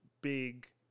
big